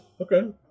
Okay